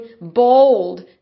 bold